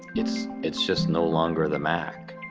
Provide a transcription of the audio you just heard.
it's it's just no longer the mac